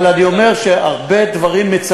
אבל אני אומר שמצלמים הרבה דברים,